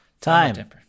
time